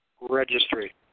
Registry